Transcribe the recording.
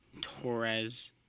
Torres